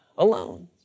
alone